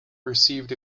received